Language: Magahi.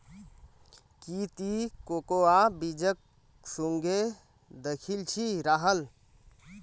की ती कोकोआ बीजक सुंघे दखिल छि राहल